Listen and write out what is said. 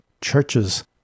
churches